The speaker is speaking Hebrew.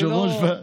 ולא,